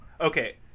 Okay